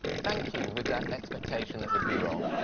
thank you with that expectation that we'd be wrong.